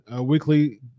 weekly